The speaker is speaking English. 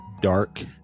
dark